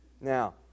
Now